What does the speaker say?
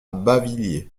bavilliers